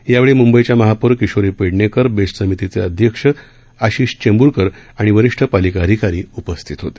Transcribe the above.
यावेळी मुंबईच्या महापौर किशोरी पेडणेकर बेस्ट समितीचे अध्यक्ष आशिष चेंब्रकर आणि वरीष्ठ पालिका अधिकारी उपस्थित होते